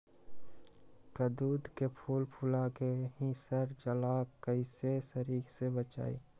कददु के फूल फुला के ही सर जाला कइसे सरी से बचाई?